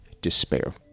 despair